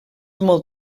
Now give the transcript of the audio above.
molt